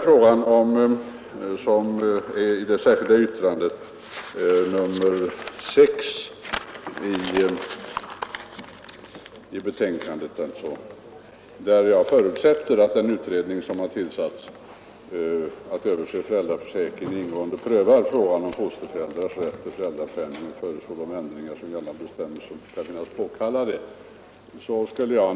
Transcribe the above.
I mitt särskilda yttrande som har nr 6 förutsätter jag att den utredning som tillsatts för att överse föräldraförsäkringen ingående prövar frågan om fosterföräldrars rätt till föräldrapenning och föreslår de förändringar av gällande bestämmelser som kan finnas påkallade.